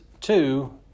two